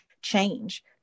change